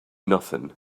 nothing